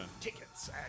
Tickets